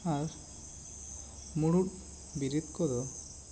ᱟᱨ ᱢᱩᱲᱩᱫᱽ ᱵᱤᱨᱤᱫᱽ ᱠᱚᱫᱚ